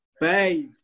Babe